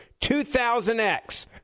2000X